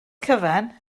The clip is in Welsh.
cyfan